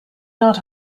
not